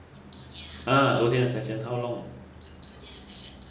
!huh! 昨天的 session how long